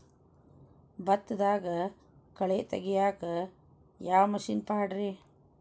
ಭತ್ತದಾಗ ಕಳೆ ತೆಗಿಯಾಕ ಯಾವ ಮಿಷನ್ ಪಾಡ್ರೇ?